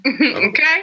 Okay